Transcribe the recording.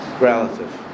relative